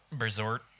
resort